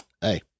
hey